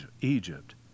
Egypt